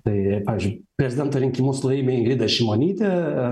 tai pavyzdžiui prezidento rinkimus laimi ingrida šimonytė